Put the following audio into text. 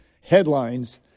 headlines